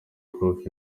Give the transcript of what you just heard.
prof